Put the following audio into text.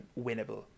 winnable